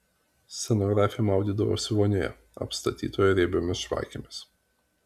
scenografė maudydavosi vonioje apstatytoje riebiomis žvakėmis